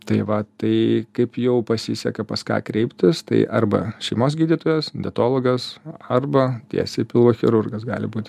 tai va tai kaip jau pasiseka pas ką kreiptis tai arba šeimos gydytojas dietologas arba tiesiai pilvo chirurgas gali būti